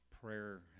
Prayer